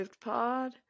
Pod